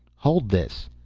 hold this!